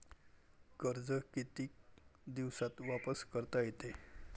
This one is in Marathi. कर्ज कितीक दिवसात वापस करता येते?